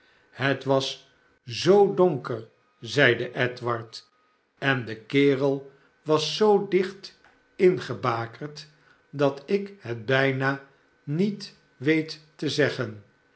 het was zoo donker zeide edward en de kerel was zoo dicht ingebakerd dat ik het bijna niet weet te zeggen